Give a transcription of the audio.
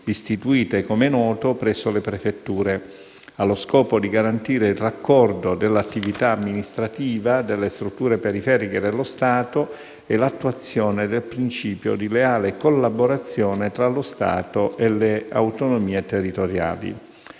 istituite - come è noto - presso le prefetture, allo scopo di garantire il raccordo dell'attività amministrativa delle strutture periferiche dello Stato e l'attuazione del principio di leale collaborazione tra lo Stato e le autonomie territoriali.